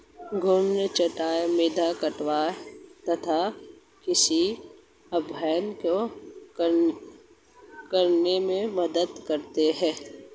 घूर्णी चराई मृदा कटाव तथा कृषि अपवाह को रोकने में मदद करती है